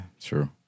true